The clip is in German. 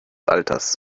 alters